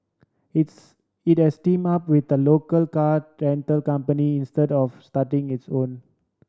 its it has team up with a local car rental company instead of starting its own